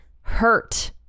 hurt